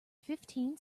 fifteen